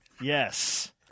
Yes